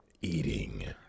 Eating